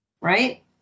Right